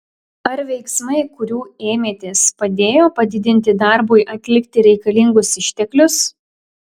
ar veiksmai kurių ėmėtės padėjo padidinti darbui atlikti reikalingus išteklius